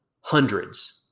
hundreds